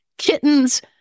Kittens